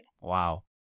Wow